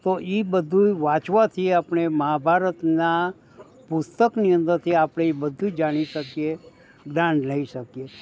તો એ બધુંય વાંચવાથી આપણે મહાભારતના પુસ્તકની અંદરથી આપણે એ બધું જાણી શકીએ જ્ઞાન લઈ શકીએ